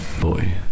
boy